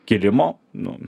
kilimo nu